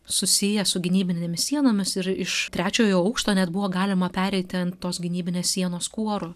susijęs su gynybinėmis sienomis ir iš trečiojo aukšto net buvo galima pereiti ant tos gynybinės sienos kuorų